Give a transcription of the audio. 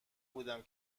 بودم